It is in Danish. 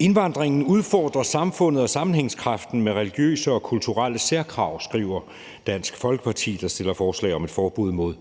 Indvandringen udfordrer samfundet og sammenhængskraften med religiøse og kulturelle særkrav, skriver Dansk Folkeparti, der fremsætter forslag om et forbud mod